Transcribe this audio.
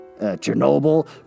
Chernobyl